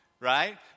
Right